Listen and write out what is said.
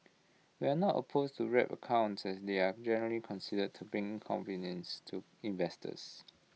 we are not opposed to wrap accounts as they are generally considered to bring convenience to investors